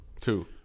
two